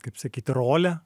kaip sakyti rolę